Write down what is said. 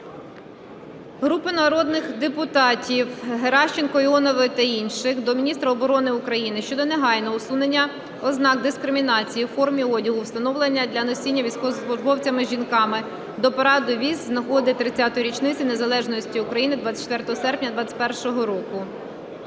Групи народних депутатів (Геращенко, Іонової та інших) до міністра оборони України щодо негайного усунення ознак дискримінації у формі одягу, встановлених для носіння військовослужбовцями-жінками до параду військ з нагоди 30-ї річниці незалежності України 24 серпня 21-го року.